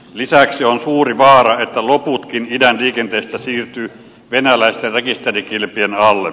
lisäksi on suuri vaara että loputkin idän liikenteestä siirtyy venäläisten rekisterikilpien alle